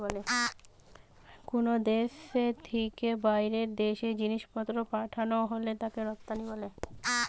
কুনো দেশ থিকে বাইরের দেশে জিনিসপত্র পাঠানা হলে তাকে রপ্তানি বলে